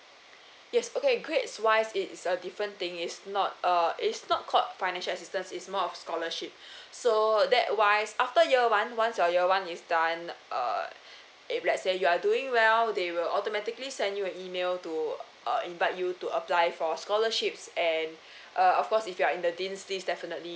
yes okay grades wise is a different thing is not err is not called financial assistance is more of scholarship so that wise after year one once your year one is done uh if let's say you are doing well they will automatically send you an email to uh invite you to apply for scholarships and uh of course if you're in the dean's list definitely